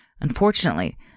Unfortunately